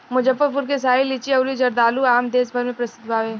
मुजफ्फरपुर के शाही लीची अउरी जर्दालू आम देस भर में प्रसिद्ध बावे